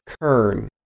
kern